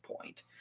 point